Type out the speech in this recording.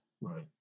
Right